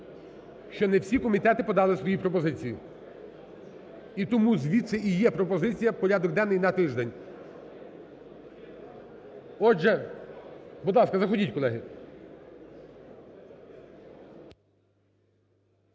що не всі комітети подали свої пропозиції. І тому звідси і є пропозиція – порядок денний на тиждень. Отже, будь ласка, заходьте, колеги.